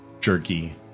Jerky